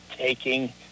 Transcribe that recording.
taking